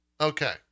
okay